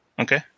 Okay